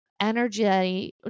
energy